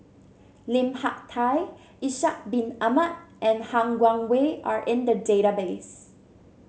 Lim Hak Tai Ishak Bin Ahmad and Han Guangwei are in the database